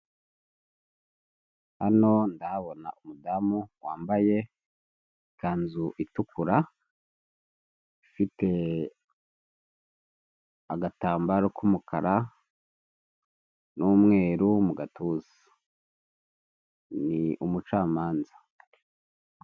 Hano ndahabona umudamu wambaye ikanzu itukura ifite agatambaro k'umukara n'umweru mu gatuza. Ni umucamanza.